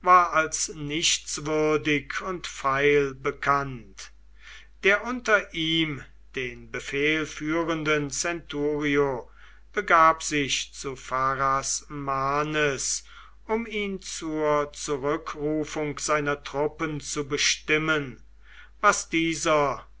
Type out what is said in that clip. als nichtswürdig und feil bekannt der unter ihm den befehl führende centurio begab sich zu pharasmanes um ihn zur zurückrufung seiner truppen zu bestimmen was dieser